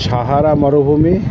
সাহারা মরুভূমি